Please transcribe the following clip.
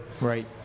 Right